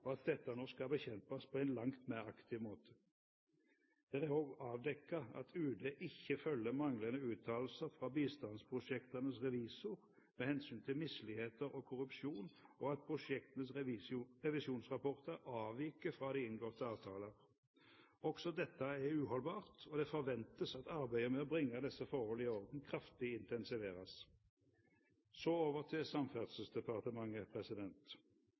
og at dette nå skal bekjempes på en langt mer aktiv måte. Det er også avdekket at UD ikke følger opp manglende uttalelser fra bistandsprosjektenes revisor med hensyn til misligheter og korrupsjon, og at prosjektenes revisjonsrapporter avviker fra de inngåtte avtaler. Også dette er uholdbart, og det forventes at arbeidet med å bringe disse forhold i orden kraftig intensiveres. Så over til Samferdselsdepartementet.